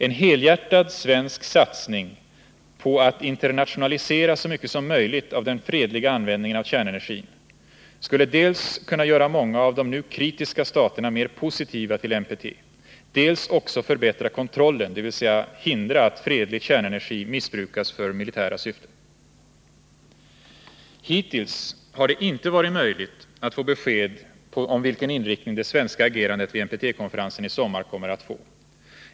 En helhjärtad svensk satsning på att internationalisera så mycket som möjligt av den fredliga användningen av kärnenergin skulle dels kunna göra många av de nu kritiska staterna mer positiva till NPT, dels också kunna förbättra kontrollen, dvs. hindra att fredlig kärnenergi missbrukas för militära syften. Hittills har det inte varit möjligt att få besked om vilken inriktning det svenska agerandet vid NPT-konferensen i sommar kommer att få.